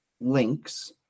links